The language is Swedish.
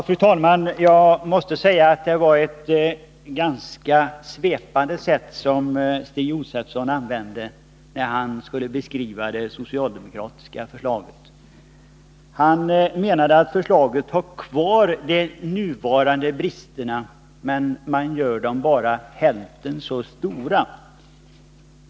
Fru talman! Jag måste säga att Stig Josefson beskrev det socialdemokratiska förslaget på ett ganska svepande sätt. Han menade att förslaget har kvar bristerna men att de blir bara hälften så stora.